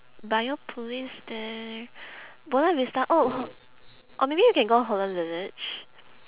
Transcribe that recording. biopolis there buona vista oh or maybe we can go holland village